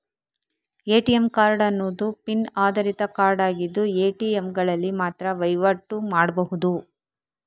ATM card ಅನ್ನುದು PIN ಆಧಾರಿತ card ಆಗಿದ್ದು ಎ.ಟಿ.ಎಂಗಳಲ್ಲಿ ಮಾತ್ರ ವೈವಾಟು ಮಾಡ್ಬಹುದು